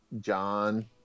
John